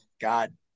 God